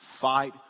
fight